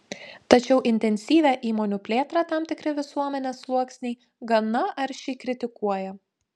tačiau intensyvią įmonių plėtrą tam tikri visuomenės sluoksniai gana aršiai kritikuoja